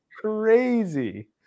crazy